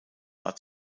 war